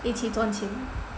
一起赚钱